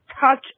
touch